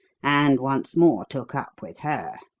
and once more took up with her.